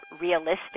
realistic